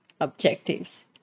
objectives